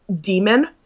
demon